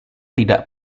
tidak